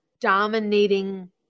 dominating